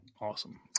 Awesome